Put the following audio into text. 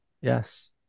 Yes